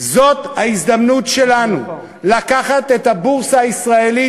זאת ההזדמנות שלנו לקחת את הבורסה הישראלית